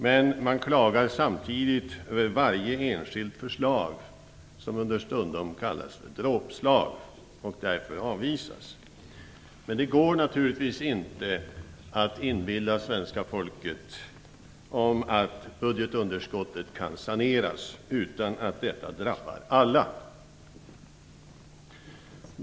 Men man klagar samtidigt över varje enskilt förslag, som under stundom kallas för dråpslag och därför avvisas. Det går naturligtivs inte att inbilla svenska folket om att budgetunderskottet kan saneras utan att detta drabbar alla.